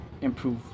improve